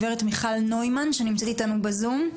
הגברת מיכל נוימן שנמצאת איתנו בזום.